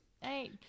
Hey